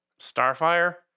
Starfire